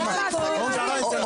למה אסור לו להגיד את זה?